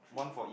three